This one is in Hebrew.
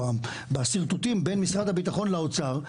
או בשרטוטים בין משרד הביטחון לאוצר,